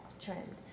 trend